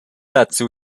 dazu